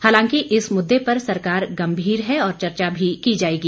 हालांकि इस मुददे पर सरकार गंभीर है और चर्चा भी की जाएगी